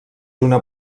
una